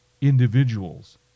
individuals